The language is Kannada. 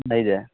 ಹಾಂ ಇದೆ